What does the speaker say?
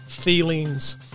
feelings